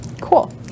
Cool